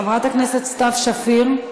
חברת הכנסת סתיו ספיר,